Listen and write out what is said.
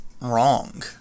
wrong